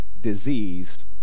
diseased